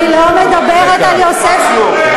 אני לא מדברת על יוספוס פלביוס,